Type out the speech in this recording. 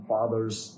Father's